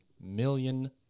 million